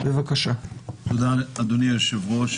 תודה, אדוני היושב-ראש.